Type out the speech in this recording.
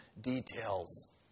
details